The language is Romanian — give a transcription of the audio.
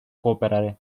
cooperare